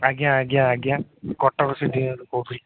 ଆଜ୍ଞା ଆଜ୍ଞା ଆଜ୍ଞା କଟକ ସି ଡ଼ି ଏ ଇଏରୁ କହୁଥୁଲି